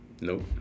nope